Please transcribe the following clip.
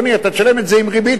אתה תשלם את זה עם ריבית והצמדה.